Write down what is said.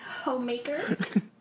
Homemaker